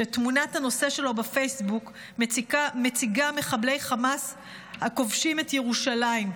שתמונת הנושא שלו בפייסבוק מציגה מחבלי חמאס הכובשים את ירושלים.